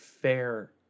fair